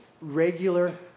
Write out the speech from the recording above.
regular